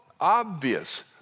obvious